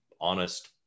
honest